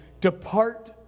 depart